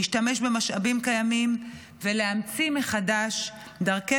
להשתמש במשאבים קיימים ולהמציא מחדש דרכי